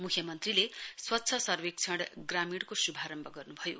मुख्यमन्त्रीले स्वच्छ सर्वेक्षण ग्रामीण को शुभारम्भ गर्नुभयो